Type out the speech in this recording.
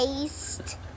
taste